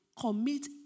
Commit